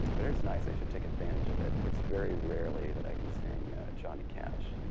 but it is nice. i should take advantage of it. it's very rarely that i can sing johnny cash.